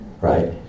Right